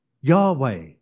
Yahweh